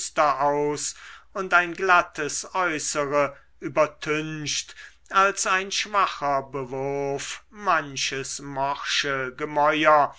aus und ein glattes äußere übertüncht als ein schwacher bewurf manches morsche gemäuer